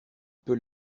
peux